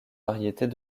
variétés